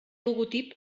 logotip